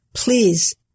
Please